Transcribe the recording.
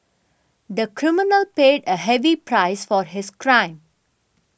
the criminal paid a heavy price for his crime